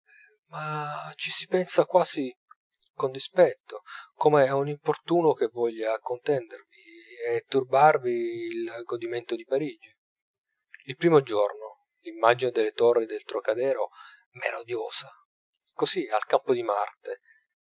ma ci si pensa quasi con dispetto come a un importuno che voglia contendervi e turbarvi il godimento di parigi il primo giorno l'immagine delle torri del trocadero m'era odiosa così al campo di marte